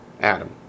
Adam